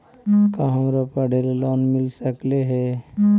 का हमरा पढ़े ल लोन मिल सकले हे?